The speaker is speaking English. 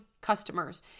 customers